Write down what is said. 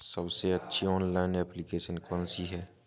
सबसे अच्छी online application कौन सी है?